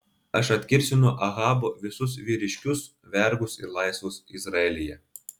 aš atkirsiu nuo ahabo visus vyriškius vergus ir laisvus izraelyje